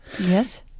yes